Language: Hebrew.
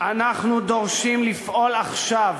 אנחנו דורשים לפעול עכשיו,